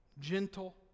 gentle